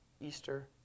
Easter